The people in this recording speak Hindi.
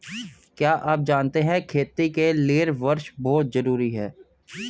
क्या आप जानते है खेती के लिर वर्षा बहुत ज़रूरी है?